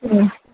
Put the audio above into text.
ꯎꯝ